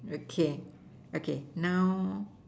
okay okay now